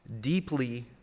deeply